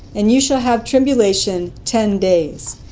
and you shall have tribulation ten days.